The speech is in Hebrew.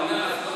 אני אומר,